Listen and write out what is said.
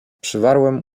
przywarłem